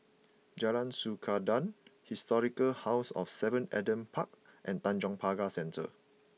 Jalan Sikudangan Historic House of seven Adam Park and Tanjong Pagar Centre